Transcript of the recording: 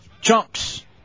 Chunks